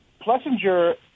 Plessinger